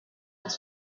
its